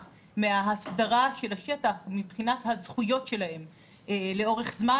מההסדרה של השטח מבחינת הזכויות שלהם לאורך זמן?